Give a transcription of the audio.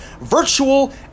virtual